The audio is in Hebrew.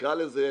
נקרא לזה,